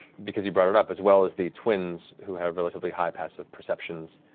because you brought it up, as well as the twins who have relatively high passive perceptions,